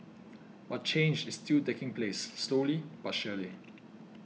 but change is still taking place slowly but surely